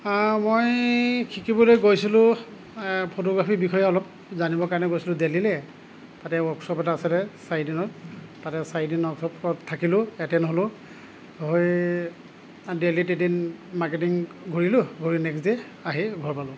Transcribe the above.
মই শিকিবলৈ গৈছিলো ফটোগ্ৰাফী বিষয়ে অলপ জানিবৰ কাৰণে গৈছিলোঁ দেলহীলৈ তাতে ৱৰ্কশ্বপ এটা আছিলে চাৰিদিনৰ তাতে চাৰিদিনৰ ৱৰ্কশ্বপত থাকিলোঁ এটেণ্ড হ'লোঁ হৈ দেলহীত এদিন মাৰ্কেটিং ঘূৰিলোঁ ঘূৰি নেক্সট ডে আহি ঘৰ পালোঁ